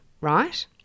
right